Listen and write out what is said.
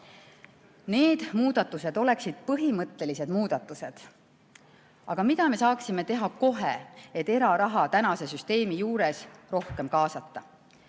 Need muudatused oleksid põhimõttelised muudatused. Aga mida me saaksime teha kohe, et eraraha tänase süsteemi juures rohkem kaasata?